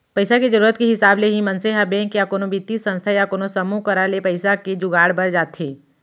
पइसा के जरुरत के हिसाब ले ही मनसे ह बेंक या कोनो बित्तीय संस्था या कोनो समूह करा ले पइसा के जुगाड़ बर जाथे